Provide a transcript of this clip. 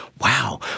wow